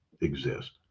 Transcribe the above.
exist